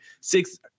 six